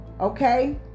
Okay